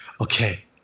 Okay